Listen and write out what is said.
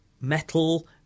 metal